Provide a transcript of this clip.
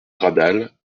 radal